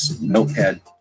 Notepad